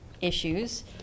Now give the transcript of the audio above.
issues